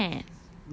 the internet